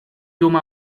humà